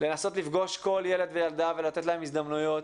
לנסות לפגוש כל ילד וילדה ולתת להם הזדמנויות.